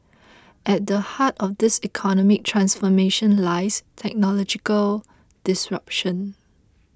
at the heart of this economic transformation lies technological disruption